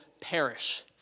perish